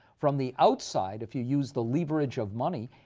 from the outside, if you use the leverage of money,